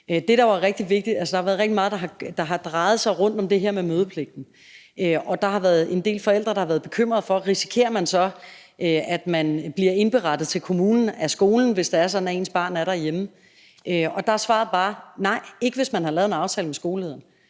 at få skrevet tingene ned. Der har været rigtig meget i dag, der har drejet sig om det her med mødepligten, og der har været en del forældre, der har været bekymrede for, om man så risikerer, at man bliver indberettet til kommunen af skolen, hvis det er sådan, at ens barn er derhjemme. Der er svaret bare: Nej, ikke, hvis man har lavet en aftale med skolelederen.